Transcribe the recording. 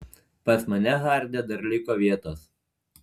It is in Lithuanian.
pas mane harde dar liko vietos